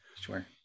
Sure